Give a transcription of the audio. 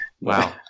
wow